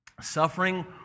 Suffering